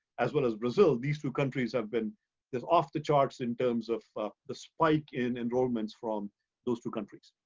as well as brazil, these two countries have been just off the charts in terms of the spike in enrollments from those two countries.